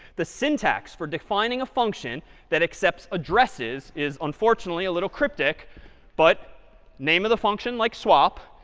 the syntax for defining a function that accepts addresses is unfortunately a little cryptic but name of the function, like swap,